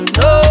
no